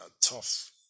tough